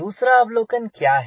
दूसरा अवलोकन क्या है